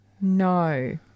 No